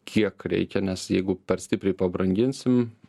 kiek reikia nes jeigu per stipriai pabranginsim